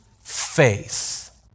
faith